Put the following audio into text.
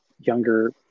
younger